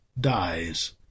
dies